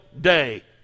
day